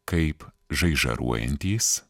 kaip žaižaruojantys